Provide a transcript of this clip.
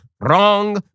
Wrong